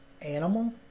animal